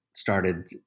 started